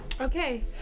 okay